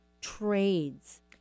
trades